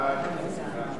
סעיף 1,